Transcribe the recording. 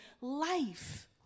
life